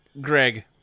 Greg